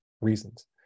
reasons